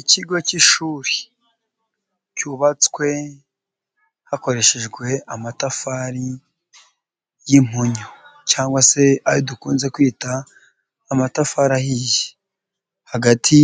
Ikigo k'ishuri cyubatswe hakoreshejwe amatafari y'impunyu cyangwa se dukunze kwita amatafari ahiye, hagati